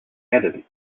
added